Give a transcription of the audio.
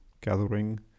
gathering